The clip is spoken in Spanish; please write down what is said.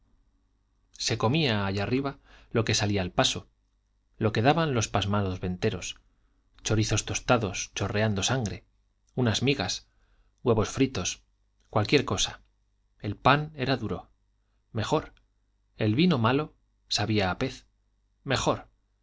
se comía allá arriba lo que salía al paso lo que daban los pasmados venteros chorizos tostados chorreando sangre unas migas huevos fritos cualquier cosa el pan era duro mejor el vino malo sabía a la pez mejor